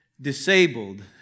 disabled